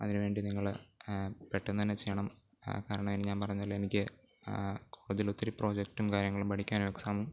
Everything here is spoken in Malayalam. അതിന് വേണ്ടി നിങ്ങൾ പെട്ടെന്ന് തന്നെ ചെയ്യണം കാരണം ഇനി ഞാൻ പറഞ്ഞല്ലോ എനിക്ക് കോളേജിൽ ഒത്തിരി പ്രോജെക്റ്റും കാര്യങ്ങളും പഠിക്കാനും എക്സാമും